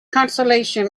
consolation